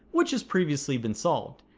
which has previously been solved.